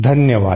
धन्यवाद